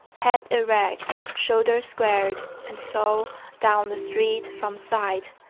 head erect, shoulders squared, and so down the street from sight.